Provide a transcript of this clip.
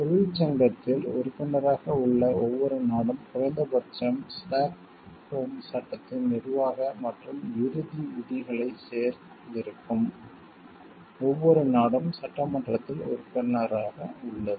தொழிற்சங்கத்தில் உறுப்பினராக உள்ள ஒவ்வொரு நாடும் குறைந்தபட்சம் ஸ்டாக்ஹோம் சட்டத்தின் நிர்வாக மற்றும் இறுதி விதிகளைச் சேர்த்திருக்கும் ஒவ்வொரு நாடும் சட்டமன்றத்தில் உறுப்பினராக உள்ளது